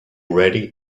ready